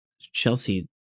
Chelsea